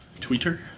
Twitter